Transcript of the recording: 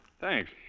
Thanks